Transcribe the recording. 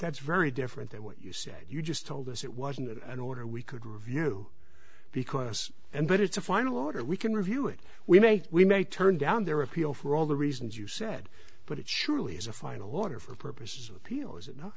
that's very different than what you said you just told us it wasn't an order we could review because and but it's a final order we can review it we may we may turn down their appeal for all the reasons you said but it surely is a final order for purposes of appeal is it no